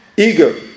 Eager